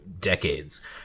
decades